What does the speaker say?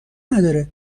نداره